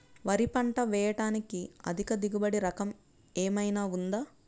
వరి పంట వేయటానికి అధిక దిగుబడి రకం ఏమయినా ఉందా?